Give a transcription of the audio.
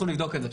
נבדוק את זה.